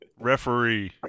Referee